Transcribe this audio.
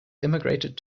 immigrated